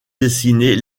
dessinées